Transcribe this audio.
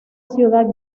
ciudad